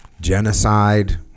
genocide